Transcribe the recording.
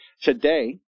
Today